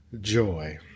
joy